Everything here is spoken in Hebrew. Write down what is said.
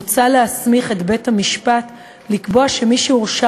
מוצע להסמיך את בית-המשפט לקבוע שמי שהורשע